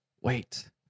wait